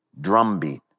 drumbeat